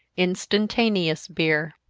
instantaneous beer.